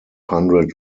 hundred